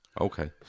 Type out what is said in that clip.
Okay